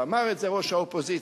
ואמר את זה ראש האופוזיציה